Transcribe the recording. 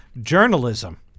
journalism